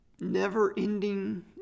never-ending